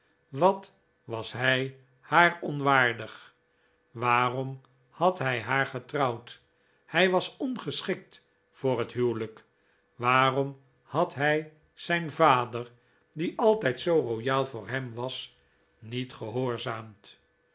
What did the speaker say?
wat was hij haar onwaardig waarom had hij haar getrouwd hij was ongeschikt voor het huwelijk waarom had hij zijn vader die altijd zoo royaal voor hem was niet gehoorzaamd